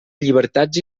llibertats